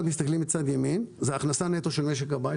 מצד ימין אנחנו רואים שההכנסה נטו של משק הבית